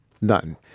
None